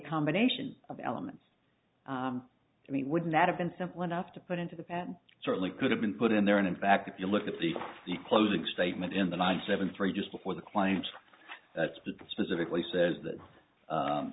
combination of elements i mean would not have been simple enough to put into the patent certainly could have been put in there and in fact if you look at the closing statement in the ninety seven three just before the claims that's been specifically says that